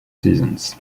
seasons